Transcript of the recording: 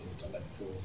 intellectual